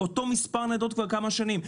אותו מספר ניידות אנחנו שומעים כבר כמה שנים.